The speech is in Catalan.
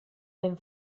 ben